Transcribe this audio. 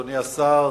אדוני השר,